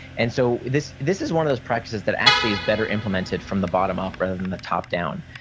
and so this this is one of those practices that actually is better implemented from the bottom up, rather than the top down.